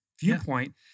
viewpoint